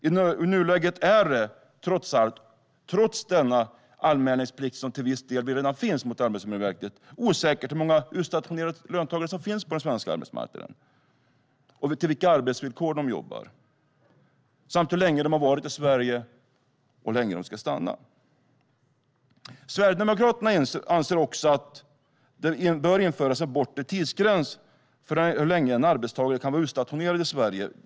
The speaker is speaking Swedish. I nuläget är det trots denna anmälningsplikt, som till viss del redan finns gentemot Arbetsmiljöverket, osäkert hur många utstationerade löntagare som finns på den svenska arbetsmarknaden, vilka arbetsvillkor de jobbar under, hur länge de varit i Sverige och hur länge de ska stanna. Sverigedemokraterna anser att det bör införas en bortre tidsgräns för hur länge en arbetstagare kan vara utstationerad i Sverige.